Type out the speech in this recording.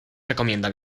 recomienda